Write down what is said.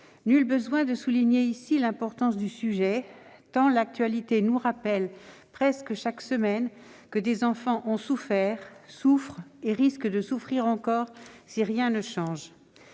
Nul besoin de souligner ici l'importance du sujet, tant l'actualité nous rappelle, presque chaque semaine, que des enfants ont souffert, souffrent, et risquent de souffrir encore si rien ne change.